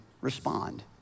respond